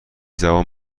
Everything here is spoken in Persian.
زبان